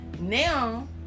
Now